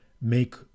make